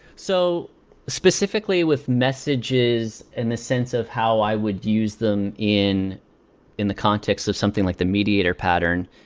so specifically, with messages, in the sense of how i would use them in in the context of something like the mediator pattern,